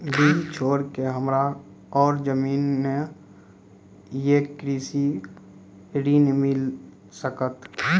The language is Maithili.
डीह छोर के हमरा और जमीन ने ये कृषि ऋण मिल सकत?